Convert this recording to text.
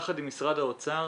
יחד עם משרד האוצר,